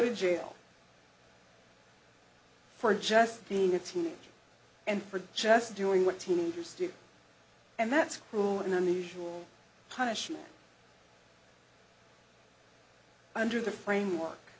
to jail for just being a teenager and for just doing what teenagers do and that's cruel and unusual punishment under the framework